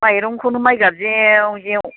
माइरंखौनो माइगाब जेव जेव